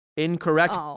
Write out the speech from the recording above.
Incorrect